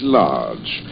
large